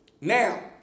Now